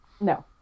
No